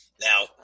Now